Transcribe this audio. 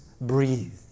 breathe